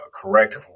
correct